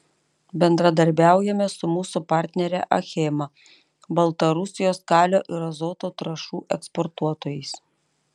bendradarbiaujame su mūsų partnere achema baltarusijos kalio ir azoto trąšų eksportuotojais